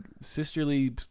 sisterly